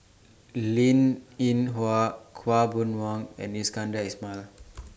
Linn in Hua Khaw Boon Wan and Iskandar Ismail